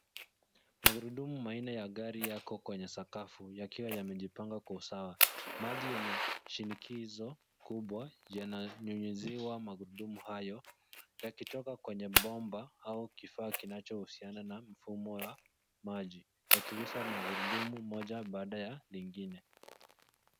Magurudumu manne ya magari yako kwenye sakafu yakiwa yamejipanga kwa usawa. Maji yenye shinikizo kubwa yananyunyuziwa magurudumu hayo yakitoka kwenye bomba au kifaa kinachousiana na mfumo wa maji, yakigusa magurudumu moja baada ya lingine.